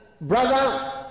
brother